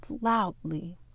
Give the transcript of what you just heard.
loudly